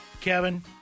Kevin